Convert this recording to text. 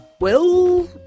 Well